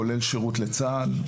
כולל שירות לצה"ל,